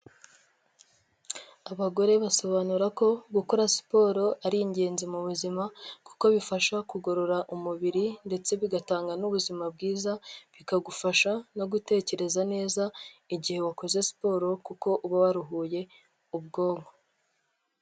Abagore basobanura ko gukora siporo ari ingenzi mu buzima kuko bifasha kugorora umubiri ndetse bigatanga n'ubuzima bwiza, bikagufasha no gutekereza neza, igihe wakoze siporo kuko uba waruhuye ubwonko.